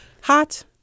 Hot